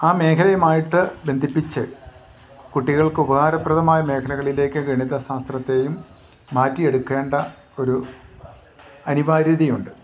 ആ മേഖലയുമായിട്ട് ബന്ധിപ്പിച്ച് കുട്ടികൾക്ക് ഉപകാരപ്രദമായ മേഖലകളിലേക്ക് ഗണിത ശാസ്ത്രത്തേയും മാറ്റിയെടുക്കേണ്ട ഒരു അനിവാര്യതയുണ്ട്